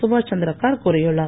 சுபாஷ் சந்திர கார்க் கூறியுள்ளார்